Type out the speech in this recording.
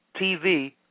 TV